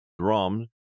drums